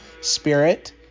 spirit